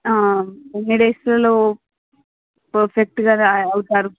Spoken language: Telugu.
ఎన్ని డేస్ లలో పర్ఫెక్ట్ గా అవుతారు